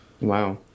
Wow